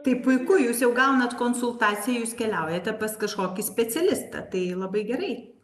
tai puiku jūs jau gaunat konsultaciją jūs keliaujate pas kažkokį specialistą tai labai gerai